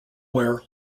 wear